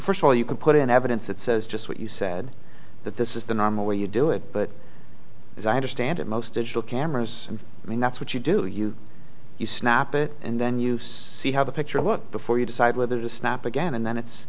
first of all you can put in evidence that says just what you said that this is the normal way you do it but as i understand it most digital cameras and i mean that's what you do you you snap it and then use see how the picture looked before you decide whether to snap again and then it's